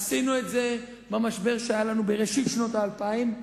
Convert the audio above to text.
עשינו את זה במשבר שהיה לנו בראשית שנות האלפיים,